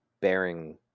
bearing